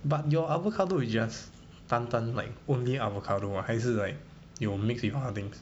but your avocado is just 单单 like only avocado uh 还是 like 有 mix with other things